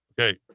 Okay